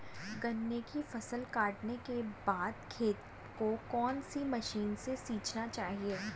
गन्ने की फसल काटने के बाद खेत को कौन सी मशीन से सींचना चाहिये?